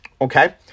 Okay